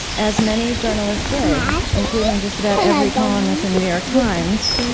as many journalists did, including just about every columnist in the new york times,